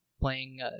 playing